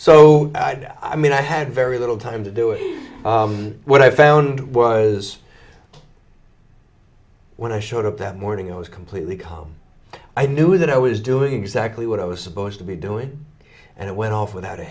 so i mean i had very little time to do it what i found was when i showed up that morning i was completely calm i knew that i was doing exactly what i was supposed to be doing and it went off without a